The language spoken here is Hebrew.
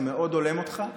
זה מאוד הולם אותך,